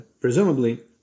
presumably